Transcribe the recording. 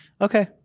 Okay